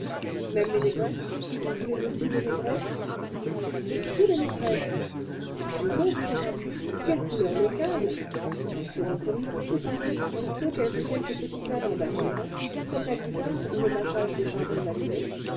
même les négresses vous voulez aussi les négresses surtout les négresses songez donc cher ami quelle couleur locale elles feront courir tout paris pour peu qu'elles aient quelques petits talents d'agrément comme la guitare ou le mâchage des charbons allumés